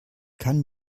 kann